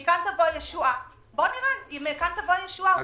אבל בוא נראה אם מכאן תבוא הישועה.